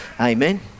Amen